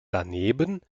daneben